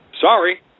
Sorry